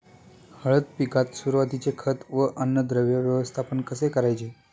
हळद पिकात सुरुवातीचे खत व अन्नद्रव्य व्यवस्थापन कसे करायचे?